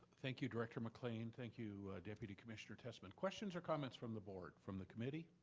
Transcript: thank you, director mclean, thank you, deputy commissioner tessman. questions or comments from the board, from the committee?